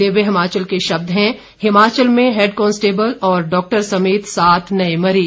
दिव्य हिमाचल के शब्द हैं हिमाचल में हैड कांस्टेबल और डॉक्टर समेत सात नए मरीज